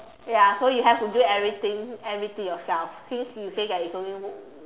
ya so you have to do everything everything yourself since you say that you it's only